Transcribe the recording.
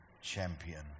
champion